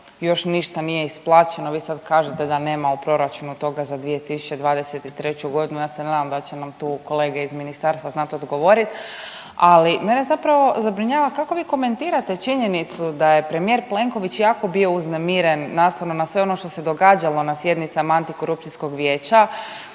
još ništa nije isplaćeno, vi sad kažete da nema u proračunu toga za 2023.g., ja se nadam da će nam tu kolege iz ministarstva znat odgovorit. Ali mene zapravo zabrinjava kako vi komentirate činjenicu da je premijer Plenković jako bio uznemiren nastavno na sve ono što se događalo na sjednicama Antikorupcijskog vijeća